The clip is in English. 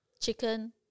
chicken